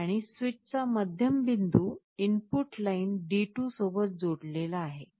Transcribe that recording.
आणि स्विचचा मध्यम बिंदू इनपुट लाइन D2 सोबत जोडलेला आहे